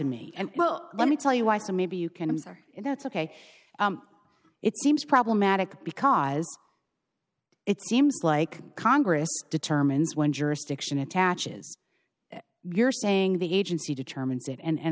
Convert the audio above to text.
me and well let me tell you why so maybe you can i'm sorry if that's ok it seems problematic because it seems like congress determines when jurisdiction attaches you're saying the agency determines it and